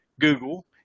Google